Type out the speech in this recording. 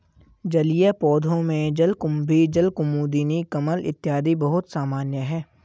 जलीय पौधों में जलकुम्भी, जलकुमुदिनी, कमल इत्यादि बहुत सामान्य है